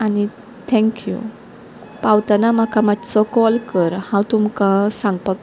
आनीक थँक्यू पावतना म्हाका मातसो कॉल कर हांव तुमकां सांगपाक